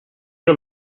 you